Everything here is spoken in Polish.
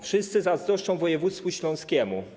Wszyscy zazdroszczą województwu śląskiemu.